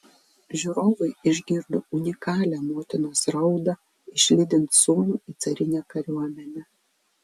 žiūrovai išgirdo unikalią motinos raudą išlydint sūnų į carinę kariuomenę